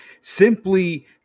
simply